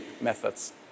methods